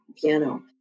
piano